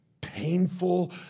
painful